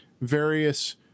various